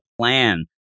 plan